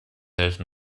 helfen